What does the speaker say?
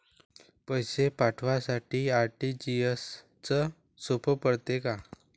पैसे पाठवासाठी आर.टी.जी.एसचं सोप पडते का?